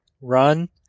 run